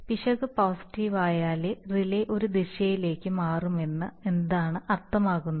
പിശക് പോസിറ്റീവ് ആയാൽ റിലേ ഒരു ദിശയിലേക്ക് മാറുമെന്ന് എന്താണ് അർത്ഥമാക്കുന്നത്